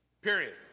period